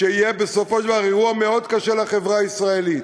שיהיה בסופו של דבר אירוע קשה מאוד לחברה הישראלית.